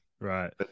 Right